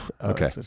Okay